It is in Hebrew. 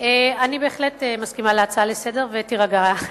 אני בהחלט מסכימה להצעה לסדר-היום, ותירגע,